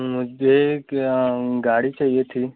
मुझे क्या गाड़ी चाहिए थी